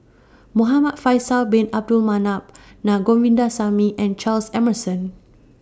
Muhamad Faisal Bin Abdul Manap Na Govindasamy and Charles Emmerson